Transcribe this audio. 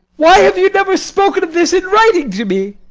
why have you never spoken of this in writing to me?